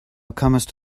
comest